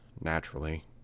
naturally